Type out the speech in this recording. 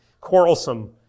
quarrelsome